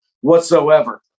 whatsoever